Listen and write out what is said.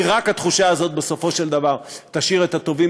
כי רק התחושה הזאת, בסופו של דבר, תשאיר את הטובים